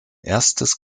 erstes